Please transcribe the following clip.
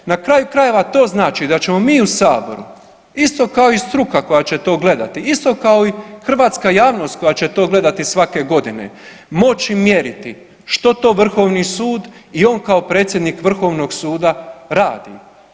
Na kraju krajeva to znači da ćemo mi u saboru isto kao i struka koja će to gledati, isto kao i hrvatska javnost koja će to gledati svake godine, moći mjeriti što to vrhovni sud i on kao predsjednik vrhovnog suda radi.